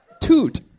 Toot